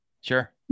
sure